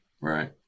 Right